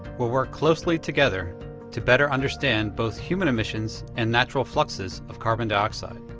will work closely together to better understand both human emissions and natural fluxes of carbon dioxide.